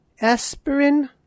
aspirin